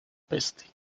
peste